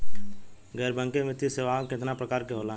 गैर बैंकिंग वित्तीय सेवाओं केतना प्रकार के होला?